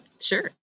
Sure